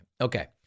Okay